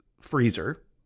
freezer